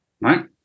right